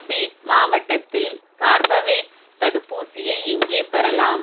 beat மாவட்டத்தில் Corbevax தடுப்பூசியை எங்கே பெறலாம்